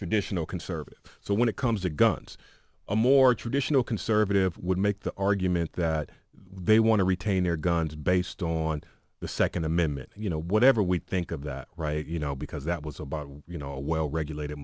traditional conservative so when it comes to guns a more traditional conservative would make the argument that they want to retain their guns based on the second amendment you know whatever we think of that right you know because that was about you know a well regulated